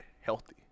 healthy